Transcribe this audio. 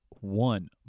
One